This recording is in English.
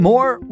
More